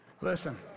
Listen